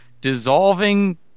dissolving